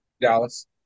Dallas